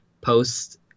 Post